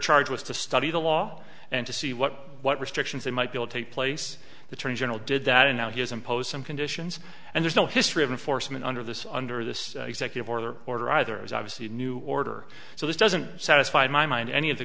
charge was to study the law and to see what what restrictions they might build take place between general did that and how he has imposed some conditions and there's no history of enforcement under this under this executive order order either is obviously a new order so this doesn't satisfy my mind any of the